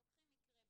לוקחים מקרה בוחן,